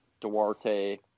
Duarte